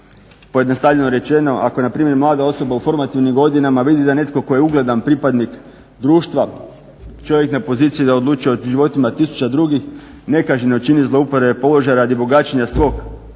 Pojednostavljeno rečeno ako npr. mlada osoba u formativnim godinama vidi da netko tko je ugledan pripadnik društva, čovjek na poziciji da odlučuje o životima tisuća drugih nekažnjeno čini zlouporabe položaja radi bogaćenja svog